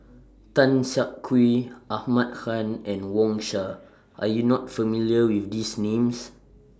Tan Siak Kew Ahmad Khan and Wang Sha Are YOU not familiar with These Names